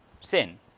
Sin